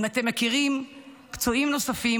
אם אתם מכירים פצועים נוספים,